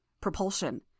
Propulsion